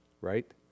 right